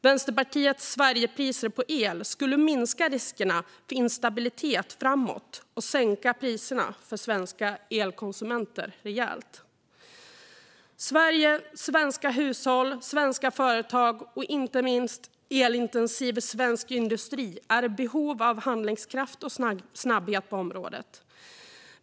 Vänsterpartiets Sverigepriser på el skulle minska riskerna för instabilitet framåt och rejält sänka priserna för svenska elkonsumenter. Sverige, svenska hushåll, svenska företag och inte minst elintensiv svensk industri är i behov av handlingskraft och snabbhet på området.